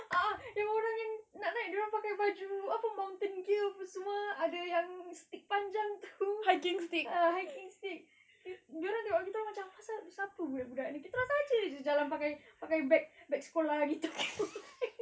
a'ah memang orang yang nak naik dorang pakai baju apa mountain gear tu semua ada yang stick panjang tu ah hiking stick dorang tengok kita macam apa pasal apa budak-budak ni kita orang saja jer jalan pakai pakai beg beg sekolah gitu